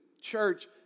church